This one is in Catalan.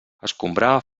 escombrar